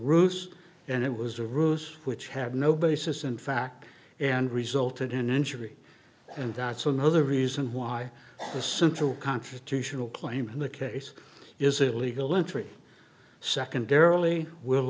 ruse and it was a ruse which have no basis in fact and resulted in injury and that's another reason why the central confrontational claim in the case is illegal entry secondarily will